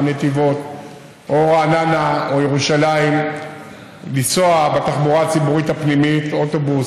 מנתיבות או מרעננה או מירושלים לנסוע בתחבורה הציבורית הפנימית: אוטובוס,